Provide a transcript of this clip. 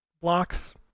blocks